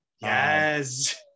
yes